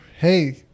hey